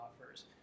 offers